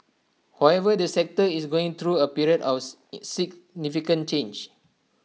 however the sector is going through A period of significant change